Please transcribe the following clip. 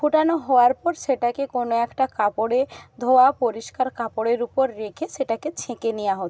ফোটানো হওয়ার পর সেটাকে কোনো একটা কাপড়ে ধোওয়া পরিষ্কার কাপড়ের উপর রেখে সেটাকে ছেঁকে নেয়া হতো